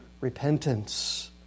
repentance